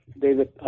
David